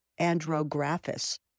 Andrographis